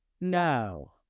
No